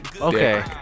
okay